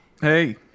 Hey